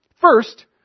First